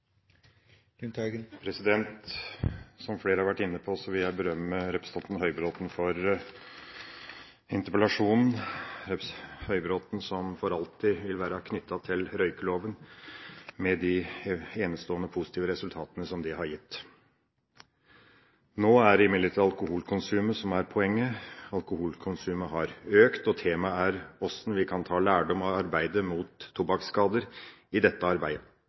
Høybråten, som for alltid vil være knyttet til røykeloven, med de enestående positive resultatene som det har gitt. Nå er det imidlertid alkoholkonsumet som er poenget. Alkoholkonsumet har økt. Temaet er hvordan vi i dette arbeidet kan ta lærdom av arbeidet mot tobakksskader.